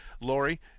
Lori